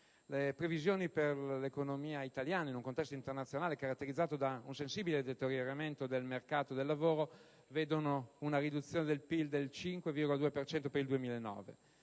Le previsioni per l'economia italiana, in un contesto internazionale caratterizzato da un sensibile deterioramento del mercato del lavoro, vedono una riduzione del PIL del 5,2 per cento